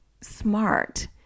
smart